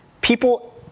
people